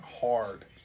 hard